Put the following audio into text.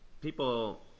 people